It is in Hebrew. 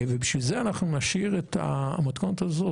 ובשביל זה אנחנו נשאיר את המתכונת הזו?